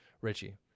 richie